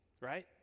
right